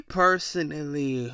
personally